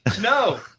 No